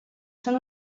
són